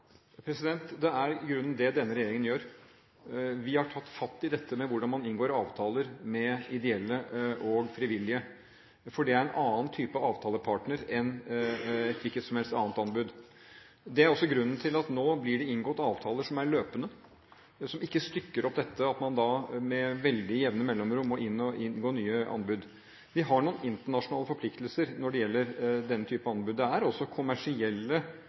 Det er i grunnen det denne regjeringen gjør. Vi har tatt fatt i hvordan man inngår avtaler med ideelle og frivillige, for det er en annen type avtalepartner enn et hvilket som helst annet anbud. Det er også grunnen til at det nå blir inngått avtaler som er løpende, som ikke stykker opp dette – at man med veldig jevne mellomrom må inn og inngå nye anbud. Vi har noen internasjonale forpliktelser når det gjelder denne type anbud. Det er også kommersielle